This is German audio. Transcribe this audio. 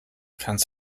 kannst